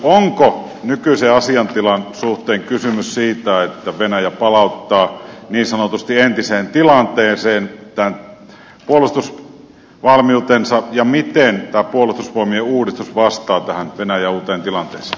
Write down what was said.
onko nykyisen asiantilan suhteen kysymys siitä että venäjä palauttaa niin sanotusti entiseen tilanteeseen tämän puolustusvalmiutensa ja miten tämä puolustusvoimien uudistus vastaa tähän venäjän uuteen tilanteeseen